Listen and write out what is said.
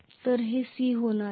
तर हे c होणार आहे